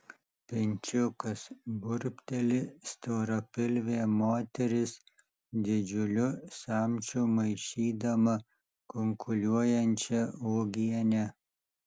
pinčiukas burbteli storapilvė moteris didžiuliu samčiu maišydama kunkuliuojančią uogienę